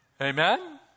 Amen